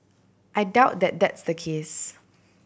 I doubt that that's the case